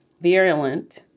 virulent